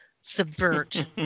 subvert